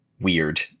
Weird